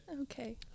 Okay